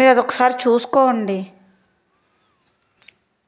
లేదు ఒకసారి చూసుకోండి